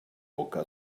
boca